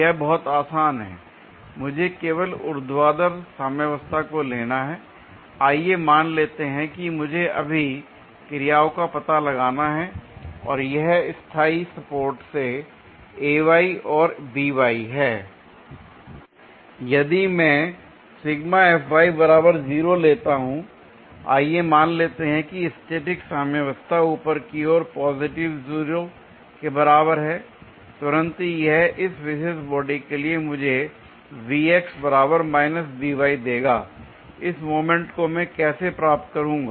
यह बहुत आसान है मुझे केवल ऊर्ध्वाधर साम्यवस्था को लेना है l आइए मान लेते हैं कि मुझे अभी क्रियाओं का पता लगाना है और यह स्थाई सपोर्ट से और हैं l यदि मैं लेता हूं आइए मान लेते हैं कि स्टैटिक साम्यावस्था ऊपर की ओर पॉजिटिव 0 के बराबर है l तुरंत ही यह इस विशेष बॉडी के लिए मुझे देगा l इस मोमेंट को मैं कैसे प्राप्त करूंगा